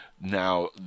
Now